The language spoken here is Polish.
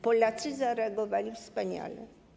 Polacy zareagowali wspaniale.